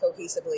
cohesively